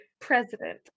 president